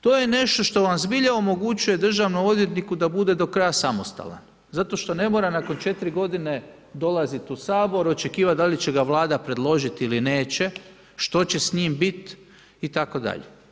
To je nešto što zbilja omogućuje državnom odvjetniku da bude do kraja samostalan, zato što ne mora nakon 4 g. dolaziti u Sabor, očekivati da li će ga Vlada predložiti ili neće, što će s njim bit itd.